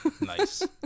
Nice